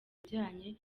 bijyanye